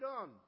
on